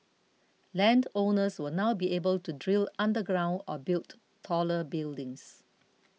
land owners will now be able to drill underground or build taller buildings